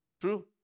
True